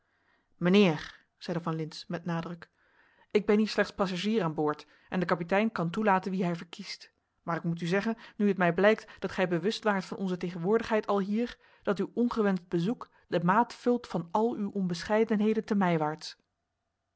zeide van lintz met nadruk ik ben hier slechts passagier aan boord en de kapitein kan toelaten wie hij verkiest maar ik moet u zeggen nu het mij blijkt dat gij bewust waart van onze tegenwoordigheid alhier dat uw ongewenscht bezoek de maat vult van al uw onbescheidenheden te